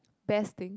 best thing